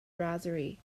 brasserie